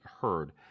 heard